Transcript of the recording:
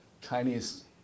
Chinese